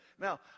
Now